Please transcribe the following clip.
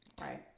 Right